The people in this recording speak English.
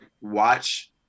watch